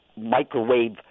microwave